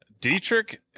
Dietrich